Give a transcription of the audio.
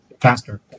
faster